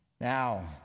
Now